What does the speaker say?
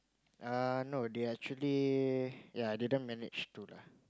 err no they're actually ya didn't manage to lah